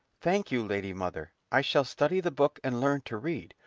thank you, lady mother. i shall study the book and learn to read,